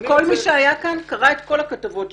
כל מי שהיה כאן קרא את כל הכתבות שהתפרסמו.